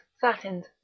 satins